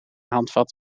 handvat